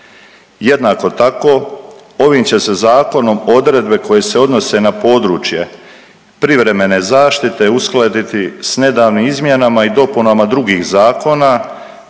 Jednako tako ovim će se zakonom odredbe koje se odnose na područje privremene zaštite uskladiti s nedavnim izmjenama i dopunama drugih zakona